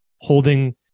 holding